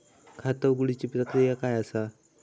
खाता उघडुची प्रक्रिया काय असा?